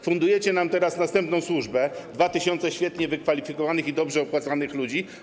Fundujecie nam teraz następną służbę, 2 tys. świetnie wykwalifikowanych i dobrze opłacanych ludzi.